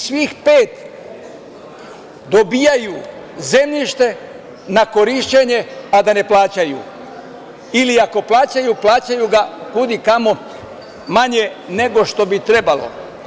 Svih pet dobijaju zemljište na korišćenje, a da ne plaćaju, ili ako plaćaju, plaćaju ga kudi kamo manje nego što bi trebalo.